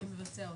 ולבצע אותם.